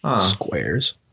Squares